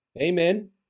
Amen